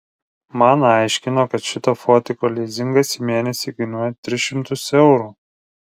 man aiškino kad šito fotiko lizingas į mėnesį kainuoja tris šimtus eurų